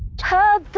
todd